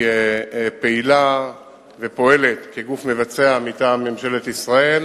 היא פעילה ופועלת כגוף מבצע מטעם ממשלת ישראל.